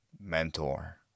mentor